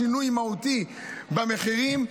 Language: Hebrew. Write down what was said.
שינוי מהותי במחירים,